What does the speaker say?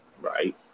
Right